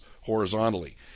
horizontally